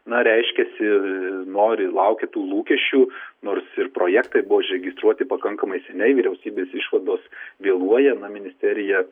na reiškiasi nori laukia tų lūkesčių nors ir projektai buvo užregistruoti pakankamai seniai vyriausybės išvados vėluoja na ministerija